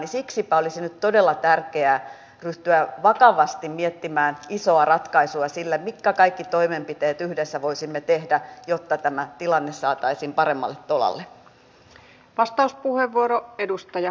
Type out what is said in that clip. siksipä olisi nyt todella tärkeää ryhtyä vakavasti miettimään isoa ratkaisua sille mitkä kaikki toimenpiteet yhdessä voisimme tehdä jotta tämä tilanne saataisiin paremmalle tolalle